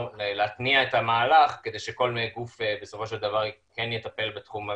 להתניע את המהלך כדי שכל גוף בסופו של דבר כן יטפל בתחומו